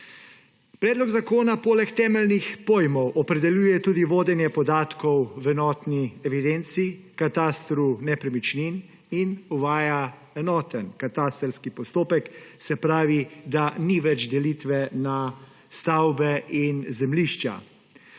Predlog zakona poleg temeljnih pojmov opredeljuje tudi vodenje podatkov v enotni evidenci – katastru nepremičnin in uvaja enoten katastrski postopek, se pravi, da ni več delitve na stavbe in zemljišča.